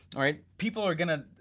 right? people are gonna,